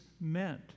meant